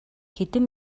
хэдэн